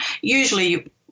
Usually